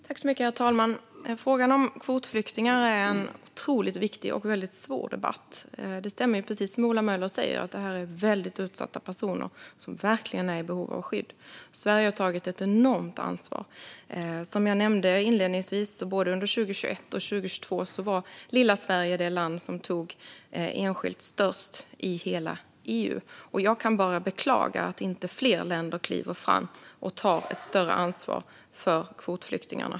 Herr talman! Frågan om kvotflyktingar är otroligt viktig men också en svår debatt. Precis som Ola Möller säger stämmer det att det här är väldigt utsatta personer som verkligen är i behov av skydd. Sverige har tagit ett enormt ansvar. Som jag nämnde inledningsvis var lilla Sverige det land som tog emot enskilt flest i hela EU både 2021 och 2022. Jag kan bara beklaga att inte fler länder kliver fram och tar ett större ansvar för kvotflyktingarna.